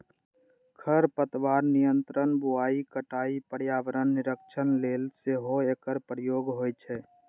खरपतवार नियंत्रण, बुआइ, कटाइ, पर्यावरण निरीक्षण लेल सेहो एकर प्रयोग होइ छै